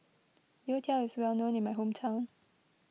Youtiao is well known in my hometown